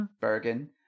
Bergen